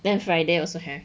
then friday also ah